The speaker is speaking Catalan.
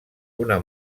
una